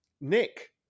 Nick